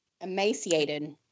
Emaciated